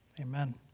Amen